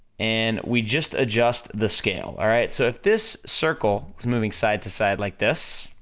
and we just adjust the scale, alright, so if this circle is moving side to side like this,